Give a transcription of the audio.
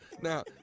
Now